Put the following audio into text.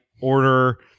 order